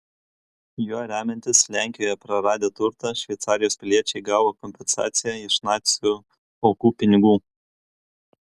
juo remiantis lenkijoje praradę turtą šveicarijos piliečiai gavo kompensaciją iš nacių aukų pinigų